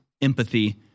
empathy